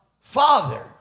father